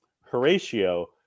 Horatio